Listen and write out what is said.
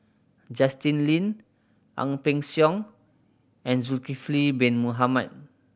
Justin Lean Ang Peng Siong and Zulkifli Bin Mohamed